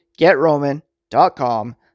GetRoman.com